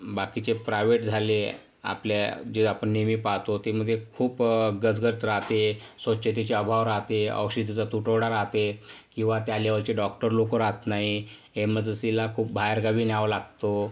बाकीचे प्राइव्हेट झाले आपल्या जे आपण नेहमी पाहतो ते मध्ये खूपच गजगज राहते स्वच्छतेची अभाव राहते औषधीचा तुटवडा राहते किंवा त्या लेव्हलचे डॉक्टर लोक राहत नाही इमर्जन्सीला खूप बाहेरगावी न्यावं लागतो